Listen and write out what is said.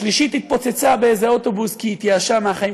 השלישית התפוצצה באיזה אוטובוס כי התייאשה מהחיים.